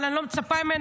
אבל אני לא מצפה ממנו.